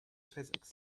physics